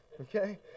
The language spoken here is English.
Okay